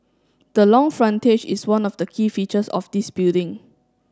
the long frontage is one of the key features of this building